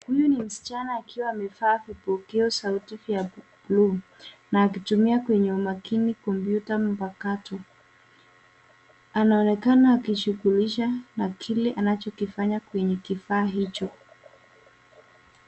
Huyu ni msichana akiwa amevaa vipokea sauti vya buluu na akitumia kwenye umakini kompyuta mpakato. Anaonekana akishughulisha na kile anachokifanya kwenye kifaa hicho.